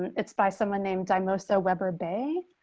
it's by someone named i most a weber bay